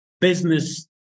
business